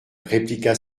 répliqua